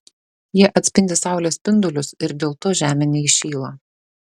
jie atspindi saulės spindulius ir dėl to žemė neįšyla